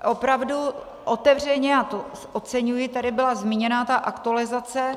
Opravdu otevřeně a to oceňuji tady byla zmíněna ta aktualizace.